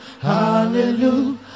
Hallelujah